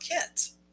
kids